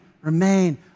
remain